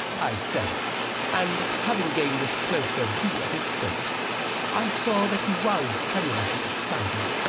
i said and having gained this closer view of his face i saw that he was tremu lously excited.